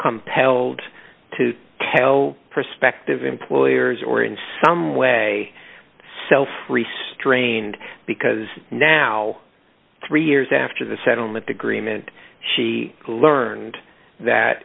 compelled to tell prospective employers or in some way so free strained because now three years after the settlement agreement she learned that